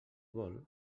vol